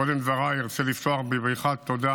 קודם דבריי ארצה לפתוח בברכת תודה